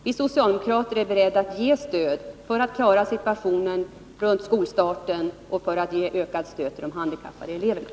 Vi socialdemokrater är beredda att ge stöd för att klara situationen runt skolstarten och hjälpa de handikappade eleverna.